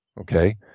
Okay